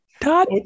Todd